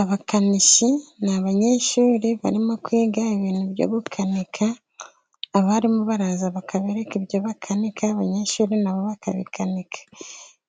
Abakanishi ni abanyeshuri barimo kwiga ibintu byo gukanika, abarimu baraza bakabereka ibyo bakanika abanyeshuri nabo bakabikanika